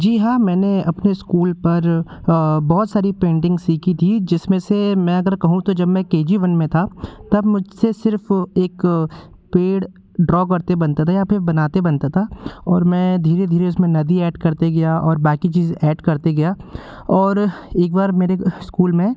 जी हा मैंने अपने स्कूल पर बहुत सारी पेंटिंग सीखी थी जिस में से मैं अगर कहूँ तो जब मैं के जी वन में था तब मुझ से सिर्फ़ एक पेड़ ड्रा करते बनता था या फिर बनाते बनता था और मैं धीरे धीरे उस में नदी ऐड करते गया और बाक़ी चीज़ें ऐड करते गया और एक बार मेरे स्कूल में